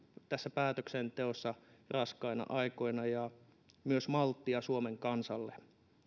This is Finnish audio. tässä päätöksenteossa raskaina aikoina ja myös malttia suomen kansalle